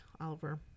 oliver